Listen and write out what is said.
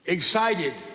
EXCITED